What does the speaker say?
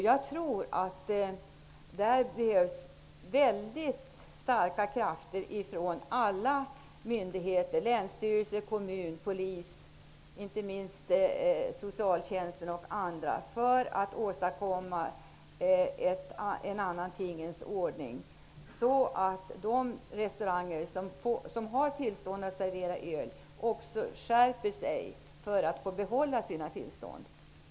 Jag tror att det behövs mycket starka krafter ifrån alla myndigheter -- länsstyrelser, kommuner, polis och inte minst socialtjänsten -- för att man skall kunna åstadkomma en annan tingens ordning så att de restauranger som har tillstånd att servera öl skärper sig för att få behålla sitt tillstånd.